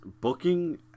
booking